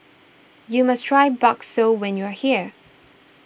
you must try Bakso when you are here